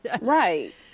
Right